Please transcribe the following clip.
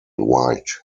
white